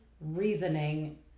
reasoning